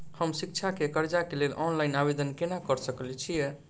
हम शिक्षा केँ कर्जा केँ लेल ऑनलाइन आवेदन केना करऽ सकल छीयै?